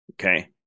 Okay